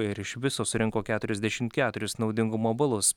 ir iš viso surinko keturiasdešim keturis naudingumo balus